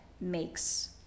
makes